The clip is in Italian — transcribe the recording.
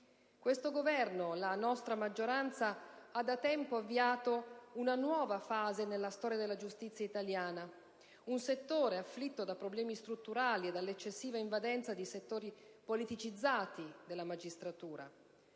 Questo Governo, la nostra maggioranza, ha da tempo avviato una nuova fase nella storia della giustizia italiana: un settore afflitto da problemi strutturali e dall'eccessiva invadenza di settori politicizzati della magistratura.